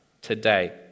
today